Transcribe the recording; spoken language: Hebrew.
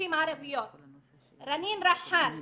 רנין רחאן,